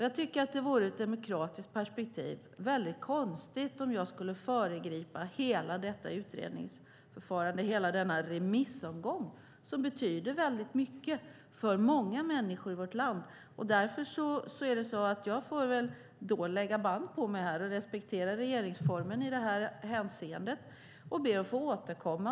Jag tycker att det ur demokratiskt perspektiv vore konstigt om jag skulle föregripa hela detta utredningsförfarande och hela denna remissomgång som betyder väldigt mycket för många människor i vårt land. Jag får väl då lägga band på mig här och respektera regeringsformen i det här hänseendet och be att få återkomma.